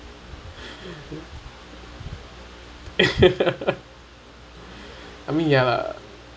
I mean ya lah